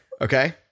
Okay